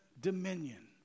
dominion